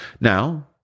Now